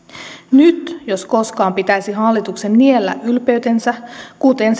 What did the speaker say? nyt jos koskaan pitäisi hallituksen niellä ylpeytensä kuten